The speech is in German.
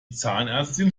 zahnärztin